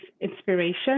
inspiration